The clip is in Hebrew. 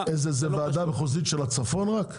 זו הוועדה המחוזית רק של הצפון?